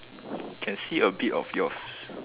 can see a bit of yours